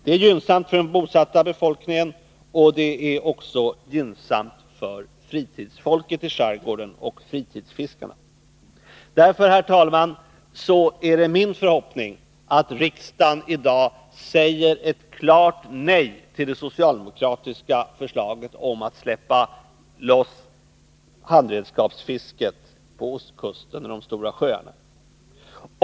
Det är gynnsamt för den bosatta befolkningen, och det är också gynnsamt för fritidsfolket i skärgården och för fritidsfiskarna. Därför, herr talman, är det min förhoppning att riksdagen i dag säger ett klart nej till det socialdemokratiska förslaget om att släppa loss handredskapsfisket på ostkusten och de stora sjöarna.